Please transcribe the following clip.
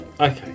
Okay